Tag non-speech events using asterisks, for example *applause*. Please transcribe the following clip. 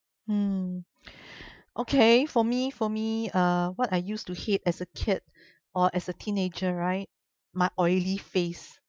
hmm *breath* okay for me for me uh what I used to hate as a kid or as a teenager right my oily face